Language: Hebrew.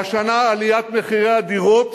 והשנה, עליית מחירי הדירות